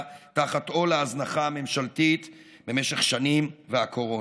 תחת עול ההזנחה הממשלתית במשך שנים והקורונה?